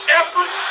effort